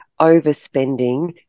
overspending